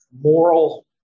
moral